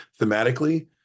thematically